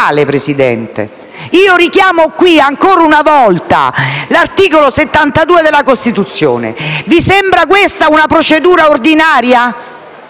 Presidente. Io richiamo qui, ancora una volta, l'articolo 72 della Costituzione. Vi sembra questa una procedura ordinaria?